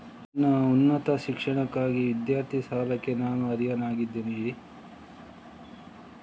ನನ್ನ ಉನ್ನತ ಶಿಕ್ಷಣಕ್ಕಾಗಿ ವಿದ್ಯಾರ್ಥಿ ಸಾಲಕ್ಕೆ ನಾನು ಅರ್ಹನಾಗಿದ್ದೇನೆಯೇ?